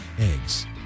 eggs